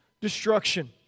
destruction